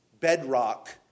bedrock